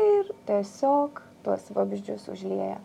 ir tiesiog tuos vabzdžius užlieja